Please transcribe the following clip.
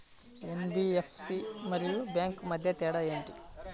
NBFC మరియు bank మధ్య తేడా ఏమిటీ?